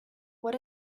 what